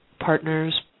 partners